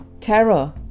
Terror